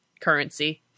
currency